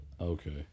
Okay